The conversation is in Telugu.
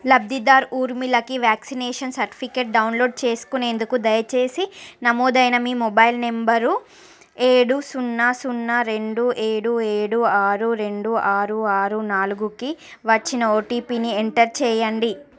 లబ్ధిదారు ఊర్మిళకి వ్యాక్సినేషన్ సర్టిఫికేట్ డౌన్లోడ్ చేసుకునేందుకు దయచేసి నమోదైన మీ మొబైల్ నంబరు ఏడు సున్నా సున్నా రెండు ఏడు ఏడు ఆరు రెండు ఆరు ఆరు నాలుగుకి వచ్చిన ఓటీపీని ఎంట ర్ చేయండి